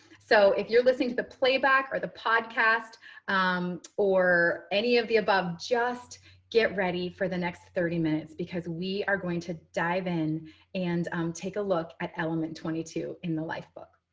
so if you're listening to the playback or the podcast um or any of the above, just get ready for the next thirty minutes because we are going to dove in and um take a look at element twenty two in the lifebook.